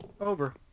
Over